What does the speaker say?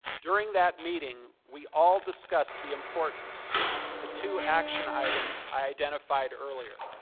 during that meeting we all discussed the importance of the two action items identified earlier.